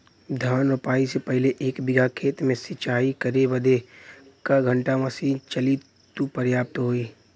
धान रोपाई से पहिले एक बिघा खेत के सिंचाई करे बदे क घंटा मशीन चली तू पर्याप्त होई?